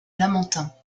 lamantins